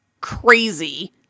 crazy